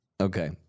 Okay